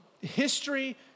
history